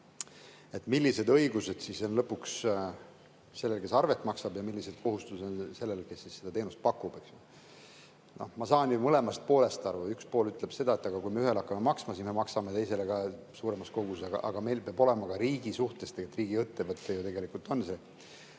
millised õigused on lõpuks sellel, kes arvet maksab, ja millised kohustused on sellel, kes seda teenust pakub. Ma saan ju mõlemast poolest aru. Üks pool ütleb, et kui me ühele hakkama maksma, siis me maksame teistele suuremas koguses. Aga meil peab olema ka riigi suhtes – riigiettevõte ju tegelikult see